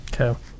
Okay